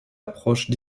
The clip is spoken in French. approche